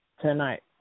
tonight